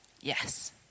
yes